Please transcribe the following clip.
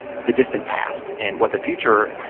the distant past. and what the future,